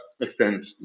Extent